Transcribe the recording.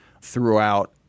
throughout